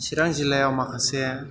सिरां जिल्लायाव माखासे